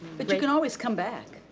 but you can always come back.